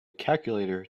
calculator